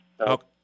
Okay